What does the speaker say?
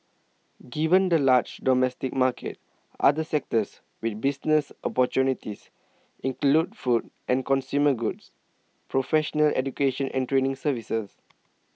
given the large domestic market other sectors with business opportunities include food and consumer goods professional education and training services